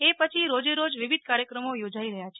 એ પછી રોજે રોજ વિવિધ કાર્યક્રમો યોજાઈ રહ્યા છે